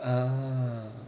uh